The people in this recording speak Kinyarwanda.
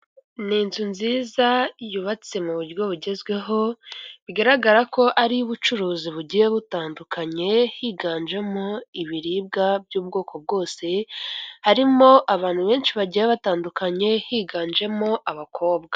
Ni inzu nziza yubatse mu buryo bugezweho bigaragara ko ariyo ubucuruzi bugiye butandukanye higanjemo ibiribwa by'ubwoko bwose harimo abantu benshi bagiye batandukanye higanjemo abakobwa.